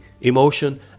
emotion